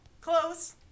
Close